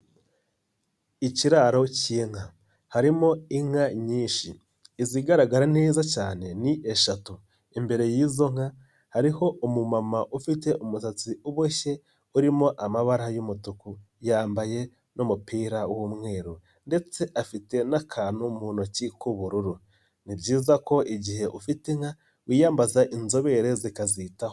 Ikiraro cy'inka harimo inka nyinshi izigaragara neza cyane ni eshatu, imbere y'izo nka hariho umumama ufite umusatsi uboshye urimo amabara y'umutuku, yambaye n'umupira w'umweru ndetse afite n'akantu mu ntoki k'ubururu, ni byiza ko igihe ufite inka wiyambaza inzobere zikazitaho.